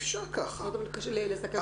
צריך גם לסכם נכון.